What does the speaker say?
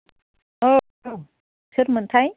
औ सोरमोनथाय